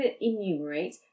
enumerate